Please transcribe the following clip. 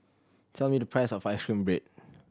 tell me the price of ice cream bread